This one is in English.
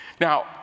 Now